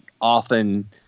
often